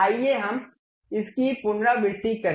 आइए हम इसकी पुनरावृत्ति करें